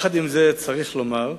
עם זה, צריך לומר,